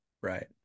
Right